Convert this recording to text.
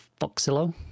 Foxillo